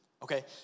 Okay